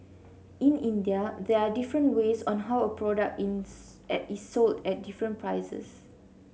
in India there are different ways on how a product is is sold at different prices